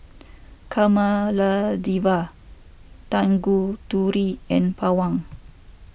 Kamaladevi Tanguturi and Pawan